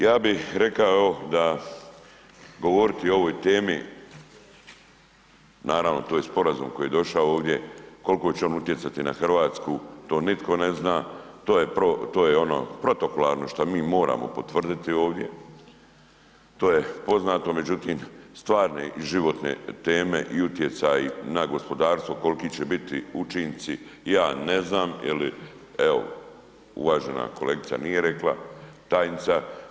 Ja bih rekao da govoriti o ovoj temi naravno to je sporazum koji je došao ovdje, koliko će on utjecati na Hrvatsku to nitko ne zna, to je ono protokolarno što mi moramo potvrditi ovdje, to je poznato, međutim stvarne i životne teme i utjecaji na gospodarstvo koliki će biti učinci ja ne znam jer evo uvažena kolegica nije rekla, tajnica.